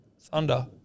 Thunder